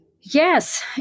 Yes